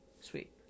sweet